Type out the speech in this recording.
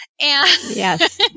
yes